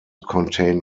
contain